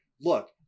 Look